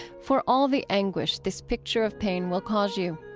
for all the anguish this picture of pain will cause you.